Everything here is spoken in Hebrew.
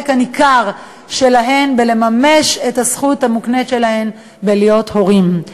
הניכר שלהן בלממש את הזכות המוקנית שלהן להיות הורים.